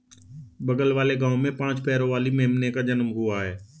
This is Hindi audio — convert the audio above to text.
बगल वाले गांव में पांच पैरों वाली मेमने का जन्म हुआ है